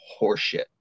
horseshit